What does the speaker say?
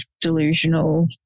delusional